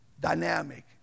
dynamic